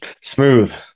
smooth